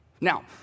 Now